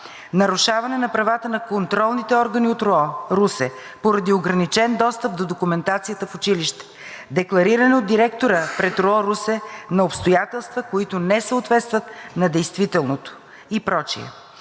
Нарушаване на правата на контролните органи от РУО – Русе, поради ограничен достъп до документацията в училище, деклариране от директора пред РУО – Русе, на обстоятелства, които не съответстват на действителното и